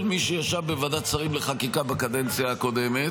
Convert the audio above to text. אני מאשים את כל מי שישב בוועדת השרים לחקיקה בקדנציה הקודמת,